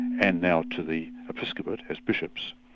and now to the episcopate as bishops,